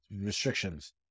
restrictions